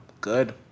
Good